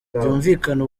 byumvikana